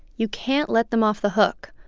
you can't let them off the hook.